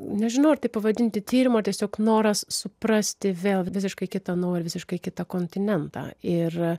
nežinau ar tai pavadinti tyrimu ar tiesiog noras suprasti vėl visiškai kitą nu ir visiškai kitą kontinentą ir